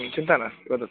चिन्ता नास्ति वदतु